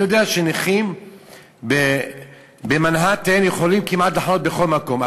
אני יודע שנכים במנהטן יכולים לחנות כמעט בכל מקום,